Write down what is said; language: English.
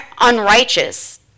unrighteous